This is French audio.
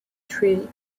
tree